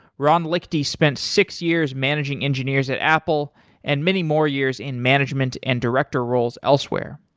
ron lichty spent six years managing engineers at apple and many more years in management and director roles elsewhere.